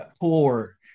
poor